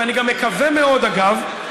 ואני גם מקווה מאוד, אגב,